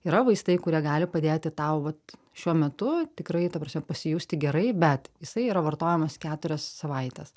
yra vaistai kurie gali padėti tau vat šiuo metu tikrai ta prasme pasijusti gerai bet jisai yra vartojamas keturias savaites